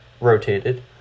rotated